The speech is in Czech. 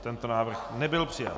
Tento návrh nebyl přijat.